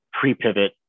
pre-pivot